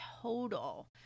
total